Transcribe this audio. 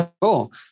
cool